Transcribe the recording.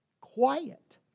quiet